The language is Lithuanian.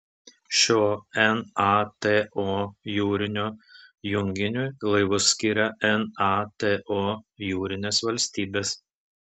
šio nato jūrinio junginiui laivus skiria nato jūrinės valstybės